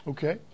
Okay